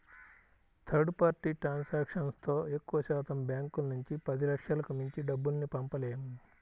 third party ట్రాన్సాక్షన్తో ఎక్కువశాతం బ్యాంకుల నుంచి పదిలక్షలకు మించి డబ్బుల్ని పంపలేము